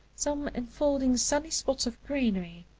some enfolding sunny spots of greenery,